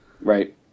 Right